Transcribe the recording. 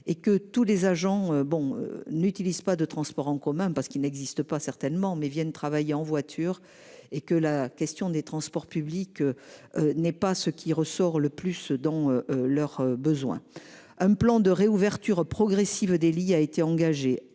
et que tous les agents bon n'utilise pas de transport en commun parce qu'il n'existe pas. Certainement mais viennent travailler en voiture et que la question des transports publics. N'est pas ce qui ressort le plus dans leurs besoins. Un plan de réouverture progressive des lits a été engagé